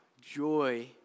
joy